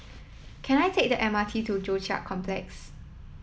can I take the M R T to Joo Chiat Complex